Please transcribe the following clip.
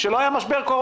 כאשר לא היה משבר קורונה,